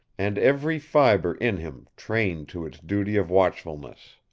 and every fibre in him trained to its duty of watchfulness.